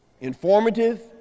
informative